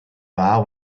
war